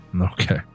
Okay